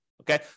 Okay